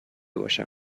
باشم